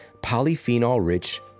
polyphenol-rich